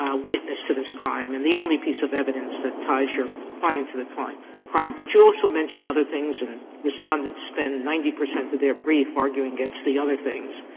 witness to this crime and the only piece of evidence that ties your client to the crime. but you also mention other things, and respondents spend ninety percent of their brief arguing against the other things.